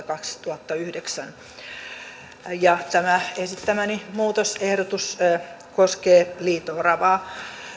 kaksituhattayhdeksän tämä esittämäni muutosehdotus koskee liito oravaa